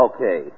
Okay